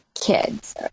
kids